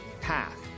path